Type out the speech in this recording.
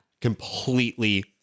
Completely